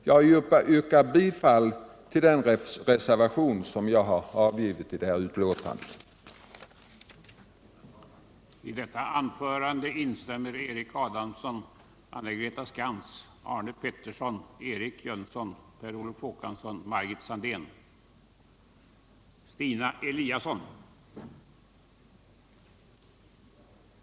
Torsdagen den Jag yrkar bifall till reservationen 2, som jag har fogat till detta betän 16 mars 1978